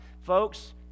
Folks